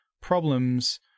problems